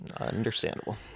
Understandable